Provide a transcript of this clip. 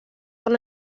una